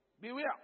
beware